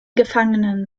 gefangenen